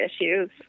issues